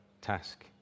task